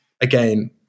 again